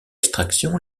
extraction